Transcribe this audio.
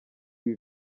ibi